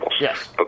Yes